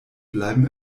bleiben